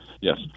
Yes